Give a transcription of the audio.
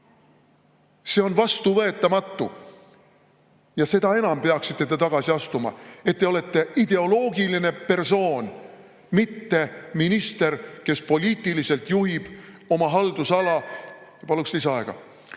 See on vastuvõetamatu! Seda enam peaksite te tagasi astuma, et te olete ideoloogiline persoon, mitte minister, kes poliitiliselt juhib oma haldusala ... Paluks lisaaega.